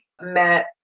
met